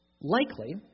Likely